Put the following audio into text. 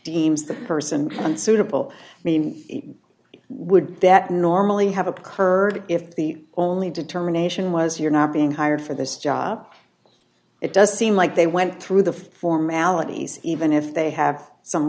the person unsuitable i mean would that normally have occurred if the only determination was you're not being hired for this job it does seem like they went through the formalities even if they have some